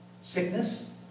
sickness